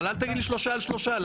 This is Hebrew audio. אל תגיד לי שלושה על שלושה.